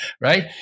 Right